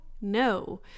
No